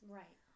right